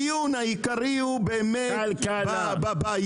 הדיון העיקרי הוא באמת בבעיה.